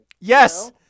Yes